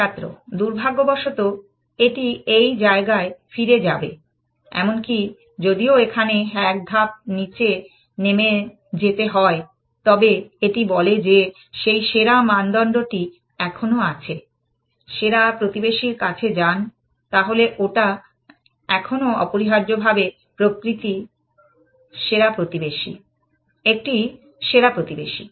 ছাত্র দুর্ভাগ্যবশত এটি এই জায়গায় ফিরে যাবে এমনকি যদিও এখানে এক ধাপ নিচে নেমে যেতে হয় তবে এটি বলে যে সেই সেরা মানদণ্ডটি এখনও আছে সেরা প্রতিবেশীর কাছে যান তাহলে ওটা এখনও অপরিহার্যভাবে একতি সেরা প্রতিবেশী